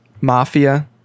Mafia